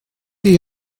chi